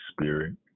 Spirit